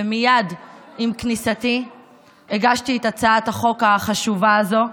ומייד עם כניסתי הגשתי את הצעת החוק החשובה הזו.